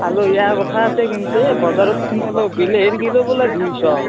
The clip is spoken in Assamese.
আলহী অহাৰ কথা আছে কিন্তু এই বজাৰত সোমালো বিলাহীৰ কিলো বোলে দুইশ